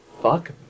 fuck